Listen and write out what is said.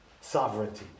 sovereignty